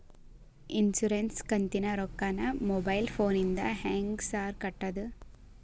Insurance ಕಂತಿನ ರೊಕ್ಕನಾ mobile ಫೋನಿಂದ ಹೆಂಗ್ ಸಾರ್ ಕಟ್ಟದು?